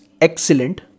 excellent